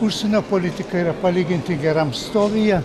užsienio politika yra palyginti geram stovyje